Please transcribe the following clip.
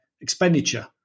expenditure